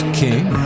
king